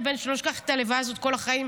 אני לא אשכח את הלוויה הזאת כל החיים,